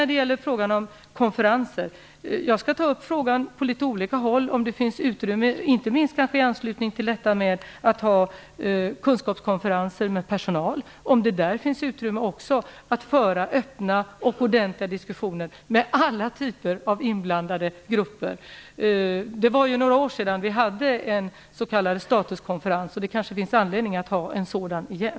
Vad gäller frågan om konferenser skall jag på litet olika håll ta upp frågan om det finns utrymme för att genomföra kunskapskonferenser med alla typer av inblandade grupper, inte minst med personal, innefattande öppna och ordentliga diskussioner. Det var några år sedan som vi hade en s.k. statuskonferens, och det finns kanske anledning att genomföra en sådan igen.